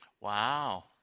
Wow